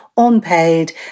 Unpaid